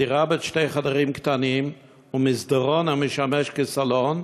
הדירה בת שני חדרים קטנים ומסדרון המשמש סלון.